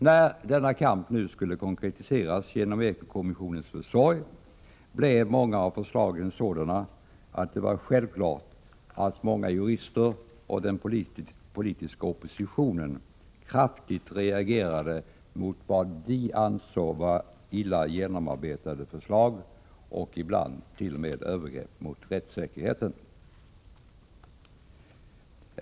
När denna kamp nu skulle konkretiseras genom eko-kommissionens försorg blev många av förslagen sådana att det var självklart att många jurister och den politiska oppositionen kraftigt reagerade mot vad de ansåg vara illa genomarbetade förslag och ibland t.o.m. övergrepp mot rättssäkerheten.